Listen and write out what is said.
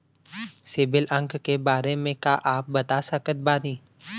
CIBIL अंक के बारे मे का आप बता सकत बानी?